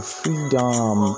freedom